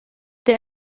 der